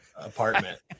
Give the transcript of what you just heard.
apartment